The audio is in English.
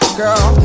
girl